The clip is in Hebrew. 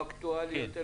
לא אקטואלי יותר,